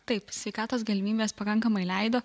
taip sveikatos galimybės pakankamai leido